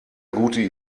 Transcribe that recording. gute